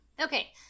Okay